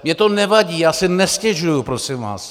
Mně to nevadí, já si nestěžuji prosím vás.